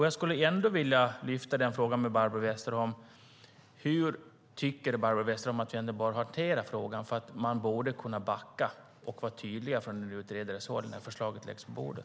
Jag skulle vilja ställa frågan till Barbro Westerholm: Hur tycker Barbro Westerholm att vi bör hantera frågan? Man borde kunna backa och vara tydlig från en utredares håll när förslaget läggs på bordet.